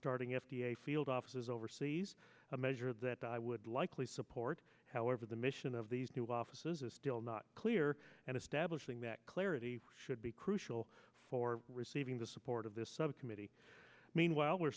starting f d a field offices overseas a measure that i would likely support however the mission of these new offices is still not clear and establishing that clarity should be crucial for receiving the support of this subcommittee meanwhile we